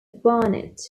barnett